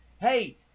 hey